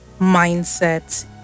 mindset